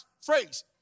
phrase